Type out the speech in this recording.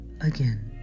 again